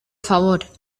favor